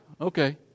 okay